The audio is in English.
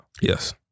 Yes